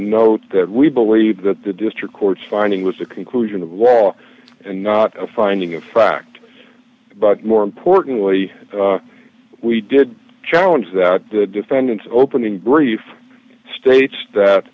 note that we believe d that the district court's finding was a conclusion of law and not a finding of fact but more importantly we did challenge that the defendant's opening brief states that